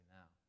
now